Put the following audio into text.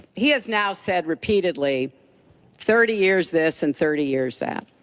he has now said repeatedly thirty years this and thirty years that.